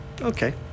Okay